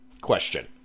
Question